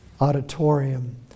auditorium